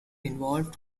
evolved